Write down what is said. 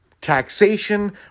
taxation